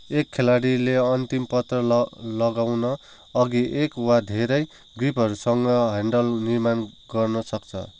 एक खेलाडीले अन्तिम पत्र ल लगाउन अघि एक वा धेरै ग्रिपहरूसँग ह्यान्डल निर्माण गर्नसक्छ